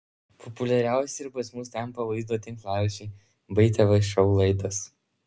populiariausi ir pas mus tampa vaizdo tinklaraščiai bei tv šou laidos